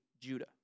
Judah